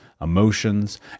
emotions